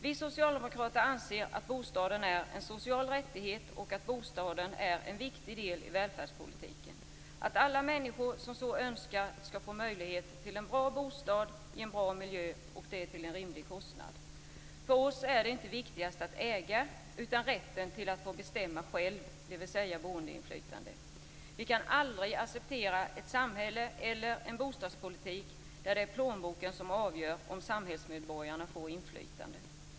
Vi socialdemokrater anser att bostaden är en social rättighet och att bostaden är en viktig del i välfärdspolitiken, att alla människor som så önskar skall få möjlighet till en bra bostad i en bra miljö till en rimlig kostnad. För oss är det inte det viktigaste att äga utan rätten att få bestämma själv, dvs. boendeinflytande. Vi kan aldrig acceptera ett samhälle eller en bostadspolitik där det är plånboken som avgör om samhällsmedborgaren får inflytande.